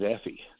Effie